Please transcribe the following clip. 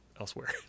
elsewhere